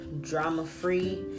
drama-free